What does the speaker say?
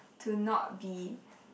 to not be